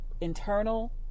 internal